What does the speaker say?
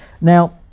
Now